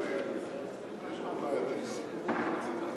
אתה, יש לך אולי, אני מציע לך,